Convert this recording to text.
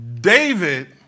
David